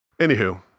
anywho